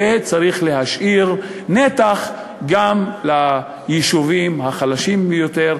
וצריך להשאיר נתח גם ליישובים החלשים ביותר,